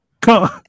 Come